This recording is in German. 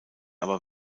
aber